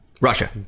Russia